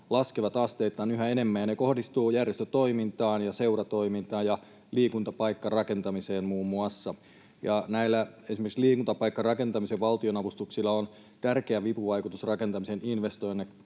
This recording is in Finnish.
laskevat asteittain yhä enemmän. Ne kohdistuvat muun muassa järjestötoimintaan, seuratoimintaan ja liikuntapaikkarakentamiseen. Esimerkiksi näillä liikuntapaikkarakentamisen valtionavustuksilla on tärkeä vipuvaikutus rakentamisen investoinneille,